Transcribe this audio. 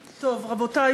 רבותי,